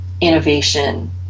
innovation